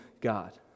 God